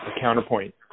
counterpoint